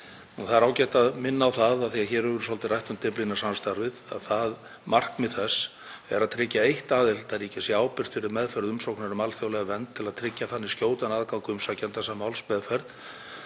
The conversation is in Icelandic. Það er ágætt að minna á það, af því að hér hefur svolítið verið rætt um Dyflinnarsamstarfið, að markmið þess er að tryggja að eitt aðildarríki sé ábyrgt fyrir meðferð umsóknar um alþjóðlega vernd til að tryggja þannig skjótan aðgang umsækjandans að málsmeðferð